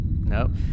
Nope